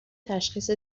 تشخیص